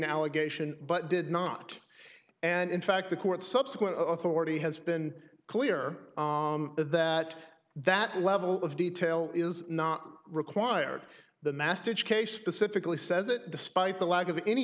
allegation but did not and in fact the court subsequent authority has been clear that that level of detail is not required the mastic case specifically says it despite the lack of any